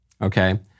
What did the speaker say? Okay